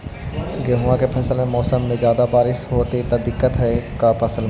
गेहुआ के फसल के मौसम में ज्यादा बारिश होतई त का दिक्कत हैं फसल के?